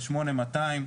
על 8200,